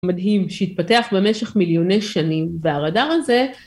מדהים שהתפתח במשך מיליוני שנים, והרדאר הזה.